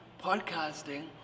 podcasting